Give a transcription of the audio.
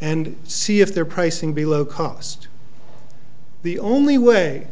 and see if they're pricing below cost the only way